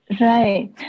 Right